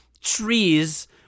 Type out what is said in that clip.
trees